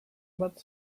bat